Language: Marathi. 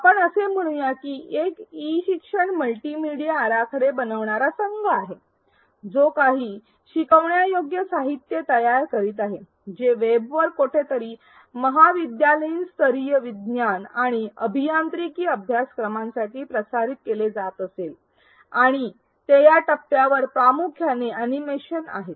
आपण असे म्हणू शकता की एक ई शिक्षण मल्टीमीडिया आराखडे बनवणारा संघ आहे जो काही शिकवण्यायोग्य साहित्य तयार करीत आहे जे वेबवर कोठेतरी महाविद्यालयीनस्तरीय विज्ञान आणि अभियांत्रिकी अभ्यासक्रमांसाठी प्रसारित केले जात असेल आणि ते या टप्प्यावर प्रामुख्याने अॅनिमेशन आहेत